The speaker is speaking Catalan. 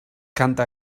canta